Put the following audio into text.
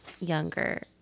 younger